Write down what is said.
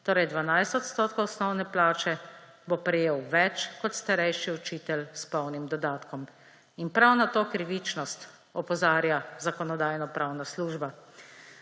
torej 12 odstotkov osnovne plače, bo prejel več kot starejši učitelj s polnim dodatkom. In prav na to krivičnost opozarja Zakonodajno-pravna služba.